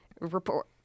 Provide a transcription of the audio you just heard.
report